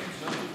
רפאל פרץ,